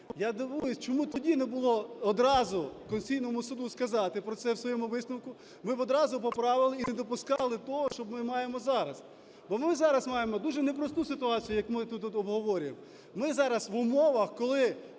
Я дивуюсь, чому тоді не було одразу Конституційному Суду сказати про це в своєму висновку, ми б одразу поправили і не допускали того, що ми маємо зараз. Бо ми зараз маємо дуже непросту ситуацію, як ми тут обговорюємо, ми зараз в умовах, коли